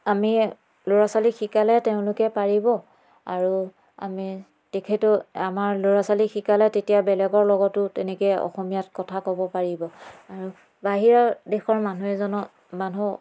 আমি ল'ৰা ছোৱালীক শিকালে তেওঁলোকে পাৰিব আৰু আমি তেখেতো আমাৰ ল'ৰা ছোৱালীক শিকালে তেতিয়া বেলেগৰ লগতো তেতিয়া তেনেকৈ কথা ক'ব পাৰিব আৰু বাহিৰৰ দেশৰ মানুহ এজনৰ মানুহ